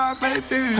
baby